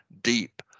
deep